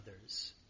others